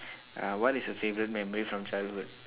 uh what is your favourite memory from childhood